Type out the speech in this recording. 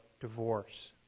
divorce